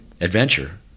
adventure